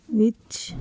ਵਿੱਚ